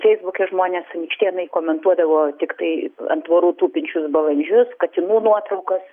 feisbuke žmonės anykštėnai komentuodavo tiktai ant tvorų tupinčius balandžius katinų nuotraukas